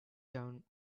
down